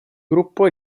gruppo